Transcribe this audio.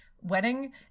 wedding